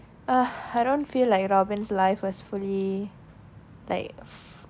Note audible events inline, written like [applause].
[noise] I don't feel like robin's life was fully like